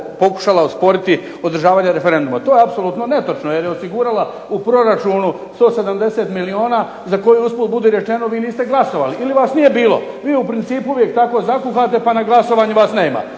pokušala osporiti održavanje referenduma. To je apsolutno netočno, jer je osigurala u proračunu 170 milijuna za koji usput budi rečeno vi niste glasovali ili vas nije bilo. Vi u principu uvijek tako zakuhate, pa na glasovanju vas nema.